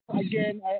again